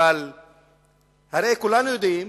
אבל הרי כולנו יודעים